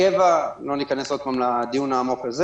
קבע לא ניכנס עוד פעם לדיון העמוק הזה